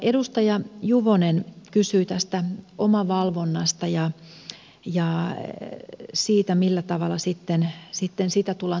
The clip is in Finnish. edustaja juvonen kysyi tästä omavalvonnasta ja siitä millä tavalla sitä tullaan toteuttamaan